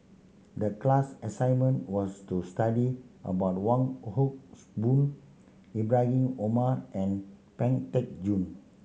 the class assignment was to study about Wong Hocks Boon Ibrahim Omar and Pang Teck Joon